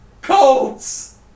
Colts